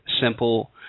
simple